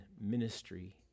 ministry